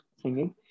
singing